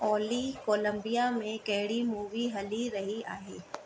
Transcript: ऑली कोलंबिया में कहिड़ी मूवी हली रही आहे